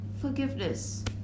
Forgiveness